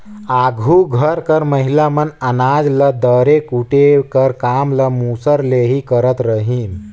आघु घर कर महिला मन अनाज ल दरे कूटे कर काम ल मूसर ले ही करत रहिन